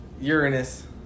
Uranus